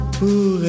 pour